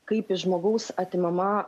kaip iš žmogaus atimama